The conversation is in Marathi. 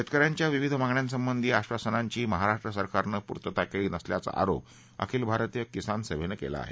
शेतक यांच्या विविध मागण्यासंबंधी आबासनांची महाराष्ट्र सरकारनं पूर्तता केली नसल्याचा आरोप अखिल भारतीय किसान सभेनं केला आहे